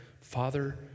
Father